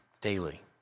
daily